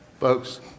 Folks